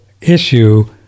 issue